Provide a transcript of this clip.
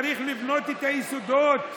צריך לבנות את היסודות.